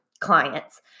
clients